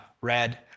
red